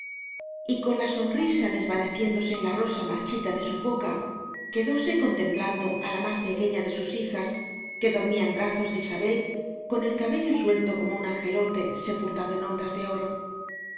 acuestan y con la sonrisa desvaneciéndose en la rosa marchita de su boca quedóse contem plando á la más pequeña de sus hijas que dormía en brazos de isabel con el cabello suelto como un angelote sepultado en ondas de oro